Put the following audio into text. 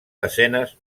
desenes